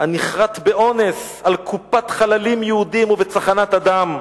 "הנכרת באונס / על קופת חללים יהודים ובצחנת הדם,